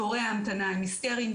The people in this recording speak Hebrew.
תורי ההמתנה הם היסטריים.